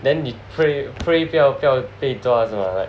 then 你会 pray pray 不要不要被的 right